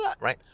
Right